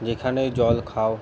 যেখানেই জল খাও